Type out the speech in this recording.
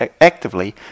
actively